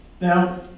Now